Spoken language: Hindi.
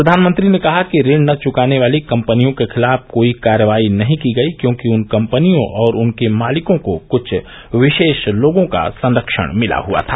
प्रधानमंत्री ने कहा ऋण न चुकाने वाली कम्पनियों के खिलाफ कोई कार्रवाई नहीं की गई क्योंकि उन कम्पनियों और उनके मालिकों को कुछ विशेष लोगों का संरक्षण मिला हुआ था